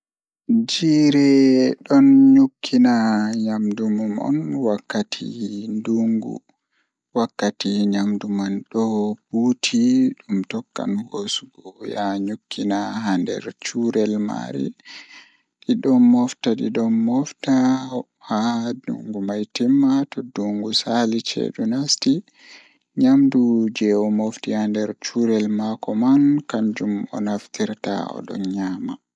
No Ahakkilinta ngesa ma So aɗa waawi jeyde hokkirde leydi, foti naatude ndiyam e caɗeele ngal. Foti woodi waawi sakkitorɗe ko leydi ngal. Tiiɗnde, foti njoɓdi no ndiyam ko fiɗɗorde. Foti naatude leydi ngal to aɗa waɗi ngam miijude leydi. Foti woodi haɓɓude min woori kadi saama. So aɗa waawi